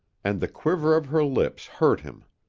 and the quiver of her lips hurt him.